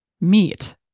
meet